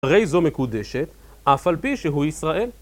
הרי זו מקודשת, אף על פי שהוא ישראל.